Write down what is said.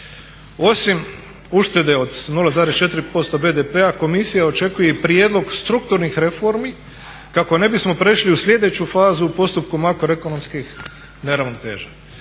Osim uštede od 0,4% BPD-a Komisija očekuje i prijedlog strukturnih reformi kako ne bismo prešli u slijedeću fazu u postupku makroekonomskih neravnoteža.